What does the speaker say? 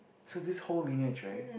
so this whole lineage right